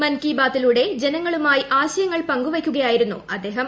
മൻ കി ബാത്തിലൂടെ ജനങ്ങളുമായി ആശയങ്ങൾ പങ്കുവയ്ക്കുകയായിരുന്നു അദ്ദേഹം